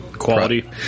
quality